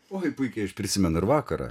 oi puikiai aš prisimenu ir vakarą